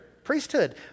Priesthood